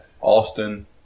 Austin